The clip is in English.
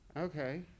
Okay